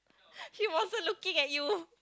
he wasn't looking at you